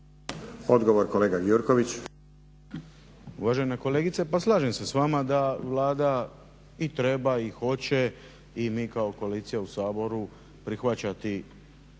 Srđan (HNS)** Uvažena kolegice pa slažem se s vama da Vlada i treba i hoće, i mi kao koalicija u Saboru prihvaćati, ali